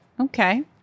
Okay